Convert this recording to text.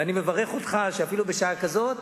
ואני מברך אותך שאפילו בשעה כזאת,